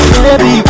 Baby